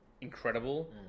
Incredible